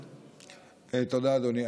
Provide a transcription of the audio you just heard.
תודה, אדוני.